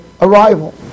arrival